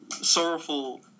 sorrowful